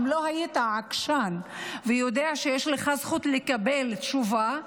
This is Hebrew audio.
אם אתה לא עקשן ולא יודע שיש לך זכות לקבל תשובה,